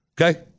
Okay